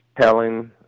telling